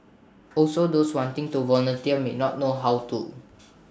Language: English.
also those wanting to volunteer may not know how to